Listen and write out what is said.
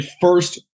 first